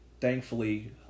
thankfully